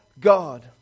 God